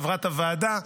חברת הוועדה.